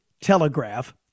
Telegraph